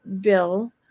Bill